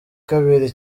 kabiri